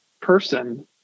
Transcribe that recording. person